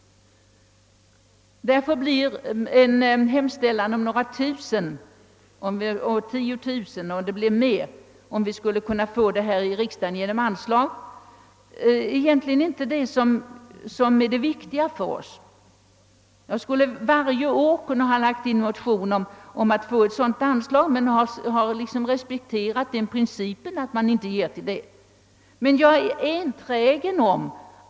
Därför blir en hemställan till riksdagen om ett anslag på kanske 10 000 kronor eller mer egentligen inte det viktiga för oss. Jag skulle varje år ha kunnat väcka motion om ett sådant anslag men har respekterat den principen att man inte beviljar anslag för det ändamålet.